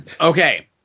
Okay